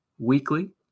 weekly